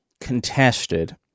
contested